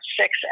six